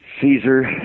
Caesar